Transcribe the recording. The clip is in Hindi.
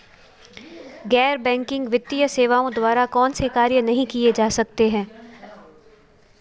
गैर बैंकिंग वित्तीय सेवाओं द्वारा कौनसे कार्य नहीं किए जा सकते हैं?